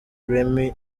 remy